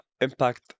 impact